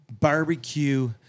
Barbecue